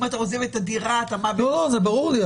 אם אתה עוזב את הדירה אתה מאבד --- זה ברור לי,